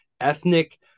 ethnic